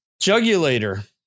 Jugulator